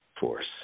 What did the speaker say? force